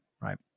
right